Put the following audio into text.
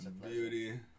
beauty